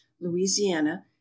louisiana